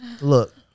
look